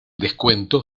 descuento